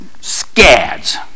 scads